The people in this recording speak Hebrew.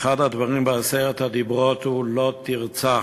אחד הדברים בעשרת הדיברות הוא לא תרצח.